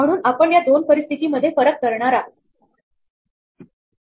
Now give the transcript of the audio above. म्हणून आपण या दोन परिस्थिती मध्ये फरक करणार आहोत